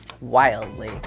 wildly